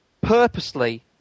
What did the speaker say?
purposely